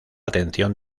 atención